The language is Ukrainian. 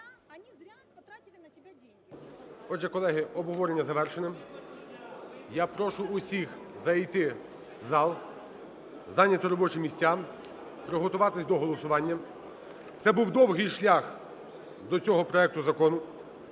Отже, колеги, обговорення завершене. Я прошу всіх зайти в зал, зайняти робочі місця, приготуватись до голосування. Це був довгий шлях до цього проекту закону.